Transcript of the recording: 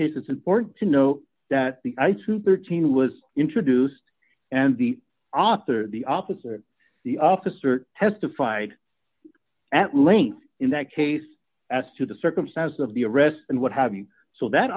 case it's important to know that the itu thirteen was introduced and the author the officer the officer testified at length in that case as to the circumstances of the arrest and what have you so that